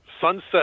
Sunset